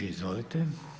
Izvolite.